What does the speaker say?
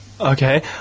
Okay